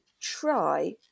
try